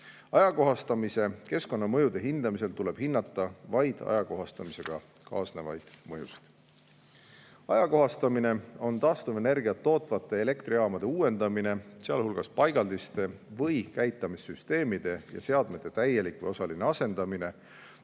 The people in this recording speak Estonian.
Ajakohastamisel tuleb keskkonnamõjude hindamise raames hinnata vaid ajakohastamisega kaasnevaid mõjusid. Ajakohastamine on taastuvenergiat tootvate elektrijaamade uuendamine, sealhulgas paigaldiste või käitamissüsteemide ja seadmete täielik või osaline asendamine